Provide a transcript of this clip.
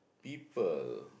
people